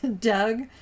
Doug